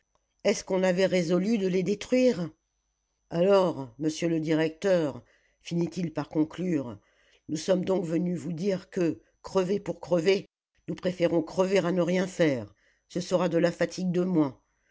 est-ce qu'on avait résolu de les détruire alors monsieur le directeur finit-il par conclure nous sommes donc venus vous dire que crever pour crever nous préférons crever à ne rien faire ce sera de la fatigue de moins